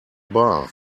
bar